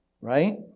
right